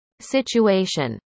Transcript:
situation